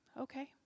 okay